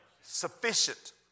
Sufficient